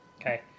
Okay